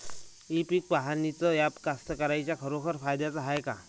इ पीक पहानीचं ॲप कास्तकाराइच्या खरोखर फायद्याचं हाये का?